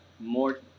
More